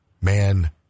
man